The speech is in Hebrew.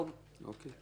תודה.